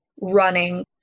running